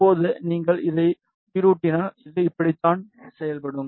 இப்போது நீங்கள் இதை உயிரூட்டினால் இது இப்படித்தான் செயல்படும்